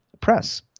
press